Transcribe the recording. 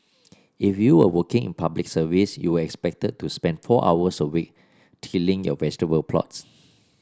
if you were working in Public Service you were expected to spend four hours a week tilling your vegetable plots